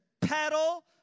pedal